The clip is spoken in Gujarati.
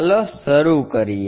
ચાલો શરૂ કરીએ